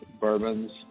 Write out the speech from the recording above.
bourbons